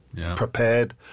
prepared